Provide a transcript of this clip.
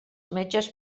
metges